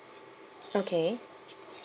okay